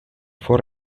for